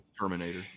Terminator